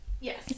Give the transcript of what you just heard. Yes